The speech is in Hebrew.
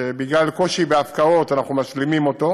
שבגלל קושי בהפקעות אנחנו משלימים אותו,